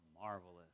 marvelous